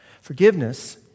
Forgiveness